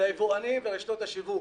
היבואנים ורשתות השיווק.